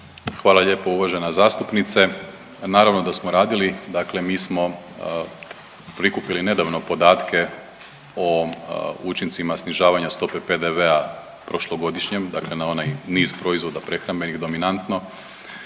Hvala lijepo uvažena zastupnice. Naravno da smo radili. Dakle, mi smo prikupili nedavno podatke o učincima snižavanja stope PDV-a prošlogodišnjem, dakle na onaj niz proizvoda prehrambenih dominantno